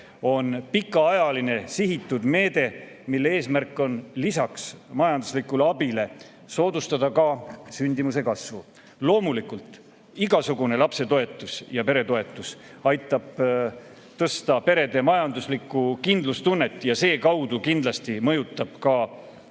on pikaajaline sihitud meede, mille eesmärk on lisaks majanduslikule abile soodustada ka sündimuse kasvu. Loomulikult igasugune lapsetoetus ja peretoetus aitab tõsta perede majanduslikku kindlustunnet ja sedakaudu kindlasti mõjutab ka positiivselt